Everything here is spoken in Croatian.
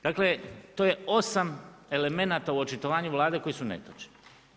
Dakle, to je 8 elemenata u očitovanju Vlade koji su netočni.